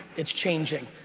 it's changing.